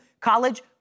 college